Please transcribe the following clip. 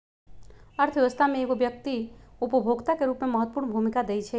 अर्थव्यवस्था में एगो व्यक्ति उपभोक्ता के रूप में महत्वपूर्ण भूमिका दैइ छइ